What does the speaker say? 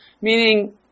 meaning